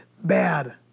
bad